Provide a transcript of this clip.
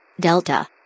Delta